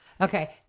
okay